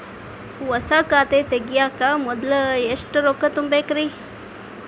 ಹೊಸಾ ಖಾತೆ ತಗ್ಯಾಕ ಮೊದ್ಲ ಎಷ್ಟ ರೊಕ್ಕಾ ತುಂಬೇಕ್ರಿ?